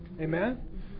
Amen